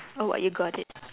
oh you got it